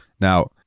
Now